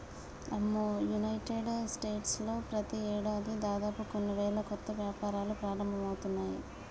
అమ్మో United States లో ప్రతి ఏడాది దాదాపు కొన్ని వేల కొత్త వ్యాపారాలు ప్రారంభమవుతున్నాయి